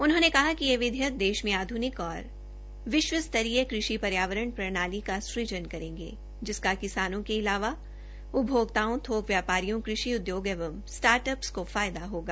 उन्होंने कहा कि ये विधेयक देश में आध्निक और विश्व स्त्रीय कृषि पर्यावरण प्रणाली का सुजन करेंगे जिसका किसानों के इलावा उपभोक्ताओं थोक व्यापारियों कृषि उद्योग एवं स्टार्टअप को फायदा होगा